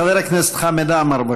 חבר הכנסת חמד עמאר,